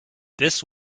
this